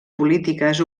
polítiques